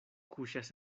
kuŝas